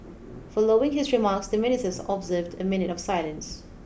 following his remarks the Ministers observed a minute of silence